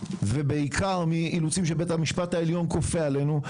ובעיקר מאילוצים שבית המשפט העליון כופה עלינו,